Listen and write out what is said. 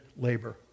labor